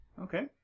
okay